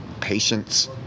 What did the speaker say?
Patience